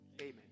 Amen